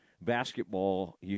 Basketball